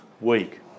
week